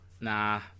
nah